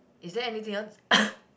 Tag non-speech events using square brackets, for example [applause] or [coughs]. is there anything else [coughs]